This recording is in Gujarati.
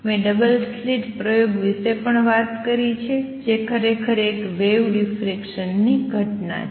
મેં ડબલ સ્લિટ પ્રયોગ વિશે વાત કરી છે જે ખરેખર એક વેવ ડિફ્રેક્શનની ઘટના છે